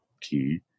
key